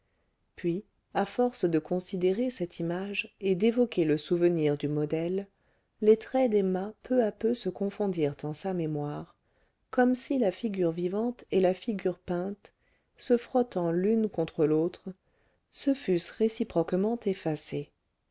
puis à force de considérer cette image et d'évoquer le souvenir du modèle les traits d'emma peu à peu se confondirent en sa mémoire comme si la figure vivante et la figure peinte se frottant l'une contre l'autre se fussent réciproquement effacées